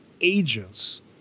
agents